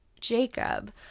Jacob